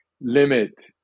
limit